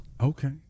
Okay